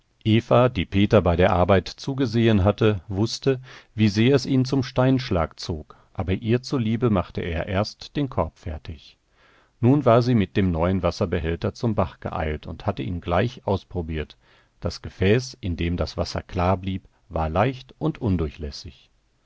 die peter bei der arbeit zugesehen hatte wußte wie sehr es ihn zum steinschlag zog aber ihr zuliebe machte er erst den korb fertig nun war sie mit dem neuen wasserbehälter zum bach geeilt und hatte ihn gleich ausprobiert das gefäß in dem das wasser klar blieb war leicht und